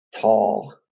Tall